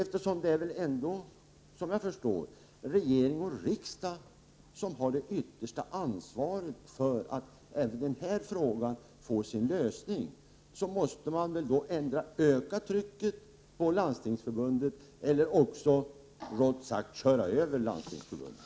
Eftersom det — såvitt jag kan förstå — ändå är regering och riksdag som har det yttersta ansvaret för att även denna fråga får sin lösning, måste man antingen öka trycket på Landstingsförbundet eller också — rått sagt — köra över Landstingsförbundet.